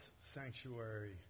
sanctuary